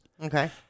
Okay